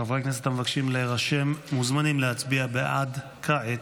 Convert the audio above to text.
חברי הכנסת המבקשים להירשם מוזמנים להצביע בעד כעת.